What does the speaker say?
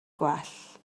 gwell